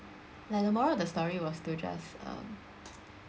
like the moral of the story was to just um